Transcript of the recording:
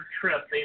trip